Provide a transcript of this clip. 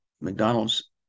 McDonald's